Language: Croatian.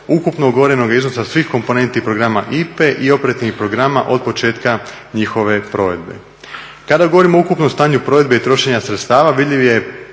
ukupno ugovorenog iznosa svih komponenti i programa IPA-e i operativnih programa od početka njihove provedbe. Kada govorimo o ukupnom stanju provedbe i trošenja sredstava vidljiv je